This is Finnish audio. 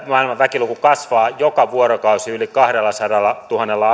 maailman väkiluku kasvaa joka vuorokausi yli kahdellasadallatuhannella